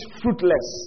fruitless